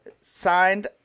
signed